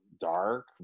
dark